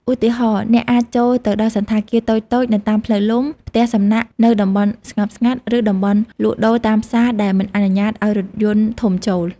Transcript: ឧទាហរណ៍ អ្នកអាចចូលទៅដល់សណ្ឋាគារតូចៗនៅតាមផ្លូវលំ ផ្ទះសំណាក់នៅតំបន់ស្ងប់ស្ងាត់ ឬតំបន់លក់ដូរតាមផ្សារដែលមិនអនុញ្ញាតឱ្យរថយន្តធំចូល។